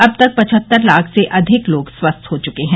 अब तक पचहत्तर लाख से अधिक लोग स्वस्थ हो चुके हैं